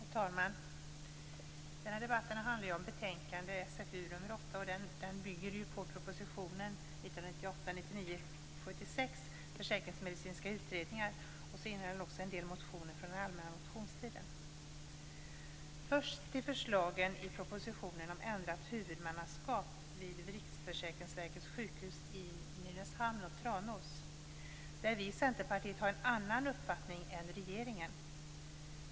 Herr talman! Den här debatten handlar ju om betänkandet SfU8, och det bygger på propositionen betänkande behandlas också en del motioner från den allmänna motionstiden. Först till förslagen i propositionen om ändrat huvudmannaskap vid Riksförsäkringsverkets sjukhus i Nynäshamn och Tranås, där vi i Centerpartiet har en annan uppfattning än regeringen.